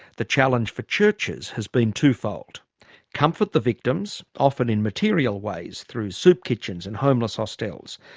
the challenge for churches has been twofold comfort the victims, often in material ways through soup kitchens and homeless hostels,